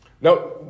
Now